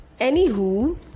Anywho